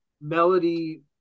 melody